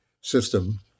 system